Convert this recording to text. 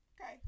okay